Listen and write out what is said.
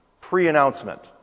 pre-announcement